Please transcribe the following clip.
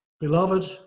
Beloved